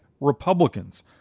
Republicans